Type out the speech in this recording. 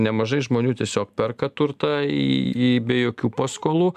nemažai žmonių tiesiog perka turtą į į be jokių paskolų